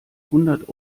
hundert